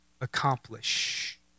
accomplish